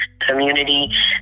community